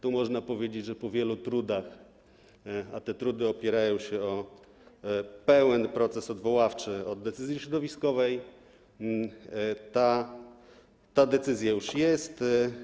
Tu można powiedzieć, że po wielu trudach - a te trudy opierają się, polegają na pełnym procesie odwoławczym od decyzji środowiskowej - ta decyzja już jest.